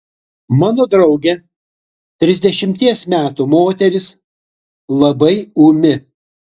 mano draugė trisdešimties metų moteris labai ūmi